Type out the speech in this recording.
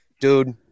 dude